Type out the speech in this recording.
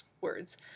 words